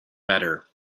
better